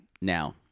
now